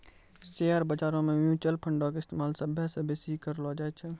share बजारो मे mutual फंडो के इस्तेमाल सभ्भे से बेसी करलो जाय छै